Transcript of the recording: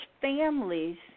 families